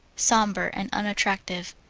sombre, and unattractive.